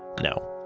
no.